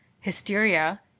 hysteria